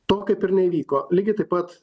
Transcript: to kaip ir nevyko lygiai taip pat